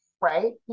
right